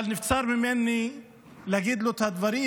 אבל נבצר ממני להגיד לו את הדברים,